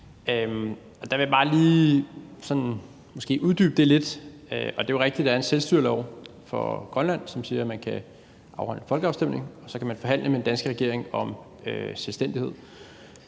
Der vil jeg bare lige sådan måske uddybe det lidt. Det er jo rigtigt, at der er en selvstyrelov for Grønland, som siger, at man kan afholde en folkeafstemning, og så kan man forhandle med den danske regering om selvstændighed.